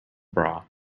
bra